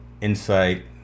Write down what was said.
insight